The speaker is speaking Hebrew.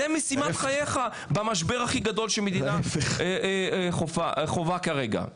זו משימת חייך במשבר הכי גדול שמדינה חווה כרגע.